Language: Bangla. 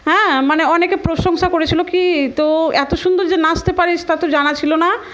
হ্যাঁ মানে অনেকে প্রশংসা করেছিলো কি তো এত সুন্দর যে নাচতে পারিস তা তো জানা ছিল না